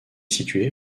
situé